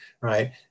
right